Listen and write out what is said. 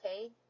okay